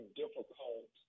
difficult